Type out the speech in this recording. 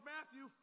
Matthew